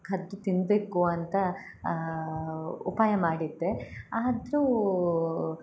ಕದ್ದು ತಿನ್ಬೇಕು ಅಂತ ಉಪಾಯ ಮಾಡಿದ್ದೆ ಆದರೂ